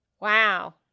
Wow